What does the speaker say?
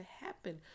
happen